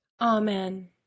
Amen